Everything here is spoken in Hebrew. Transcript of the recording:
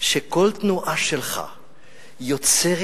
שכל תנועה שלך יוצרת